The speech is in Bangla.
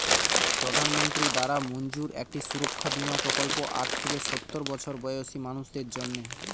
প্রধানমন্ত্রী দ্বারা মঞ্জুর একটি সুরক্ষা বীমা প্রকল্প আট থেকে সওর বছর বয়সী মানুষদের জন্যে